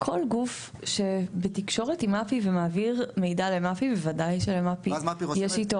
כל גוף שבתקשורת עם מפ"י ומעביר מידע למפ"י בוודאי שלמפ"י יש איתו,